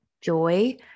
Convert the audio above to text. joy